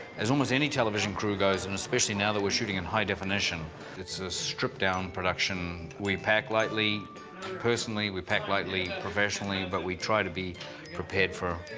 as almost any television crew goes, and especially now that we're shooting in high-definition it's a stripped-down production. we pack lightly personally, we pack lightly professionally, but we try to be prepared for